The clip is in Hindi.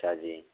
अच्छा जी